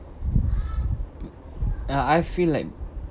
ya I feel like